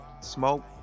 smoke